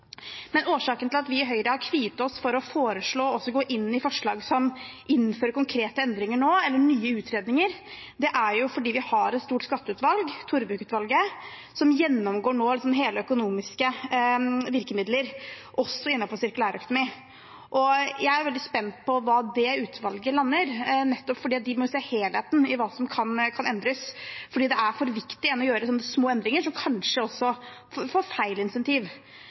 Årsaken til at vi i Høyre har kviet oss for å foreslå å gå inn i forslag som innfører konkrete endringer nå, eller nye utredninger, er fordi vi har et skatteutvalg, Torvik-utvalget, som gjennomgår økonomiske virkemidler, også innenfor sirkulærøkonomi. Jeg er veldig spent på hva utvalget lander på, nettopp fordi de må se helheten i hva som kan endres. For det er viktigere enn å gjøre små endringer som kanskje får feil insentiv.